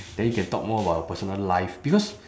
then you can talk more about your personal life because